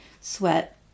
sweat